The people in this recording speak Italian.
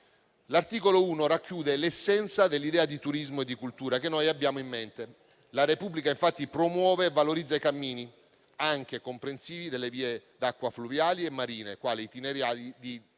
L'articolo 1 racchiude l'essenza dell'idea di turismo e di cultura che noi abbiamo in mente; la Repubblica, infatti, promuove e valorizza i cammini, anche comprensivi delle vie d'acqua fluviali e marine, quali itinerari di rilievo